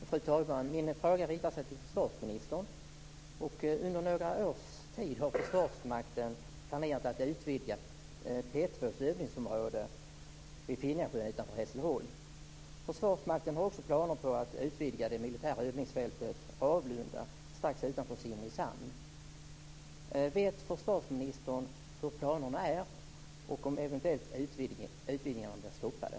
Fru talman! Min fråga riktar sig till försvarsministern. Under några års tid har försvarsmakten planerat att utvidga P 2:s övningsområde vid Finjasjön utanför Hässleholm. Försvarsmakten har också planer på att utvidga det militära övningsfältet Ravlunda strax utanför Simrishamn. Vet försvarsministern hur planerna är och om utvidgningarna eventuellt blir stoppade?